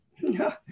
No